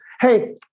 hey